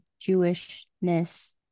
Jewishness